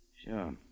Sure